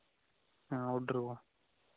हाँ ऑड्डर हुआ